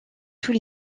tous